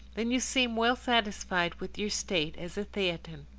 and you seem well satisfied with your state as a theatin.